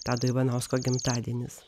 tado ivanausko gimtadienis